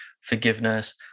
forgiveness